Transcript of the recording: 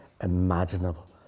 imaginable